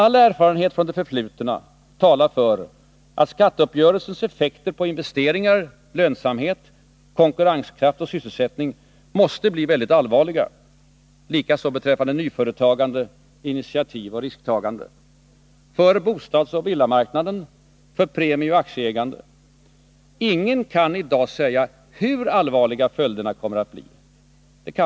All erfarenhet från det förflutna talar för att skatteuppgörelsens effekter på investeringar, lönsamhet, konkurrenskraft och sysselsättning måste bli väldigt allvarliga — likaså beträffande nyföretagande, initiativ och risktagande, för bostadsoch villamarknaden samt premieoch aktieägande. Ingen kan i dag säga hur allvarliga följderna kommer att bli.